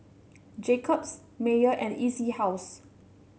Jacob's Mayer and E C House